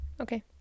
okay